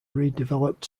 redeveloped